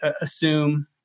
assume